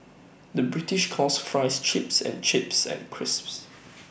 the British calls Fries Chips and chips and crisps